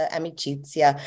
amicizia